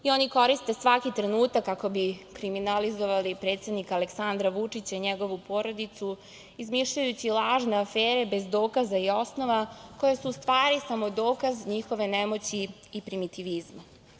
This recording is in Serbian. Oni koriste svaki trenutak kako bi kriminalizovali predsednika Aleksandra Vučića i njegovu porodicu, izmišljajući lažne afere bez dokaza i osnova, koje su u stvari samo dokaz njihove nemoći i primitivizma.